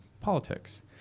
politics